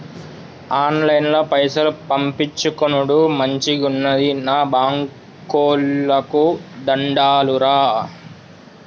ఆన్లైన్ల పైసలు పంపిచ్చుకునుడు మంచిగున్నది, గా బాంకోళ్లకు దండాలురా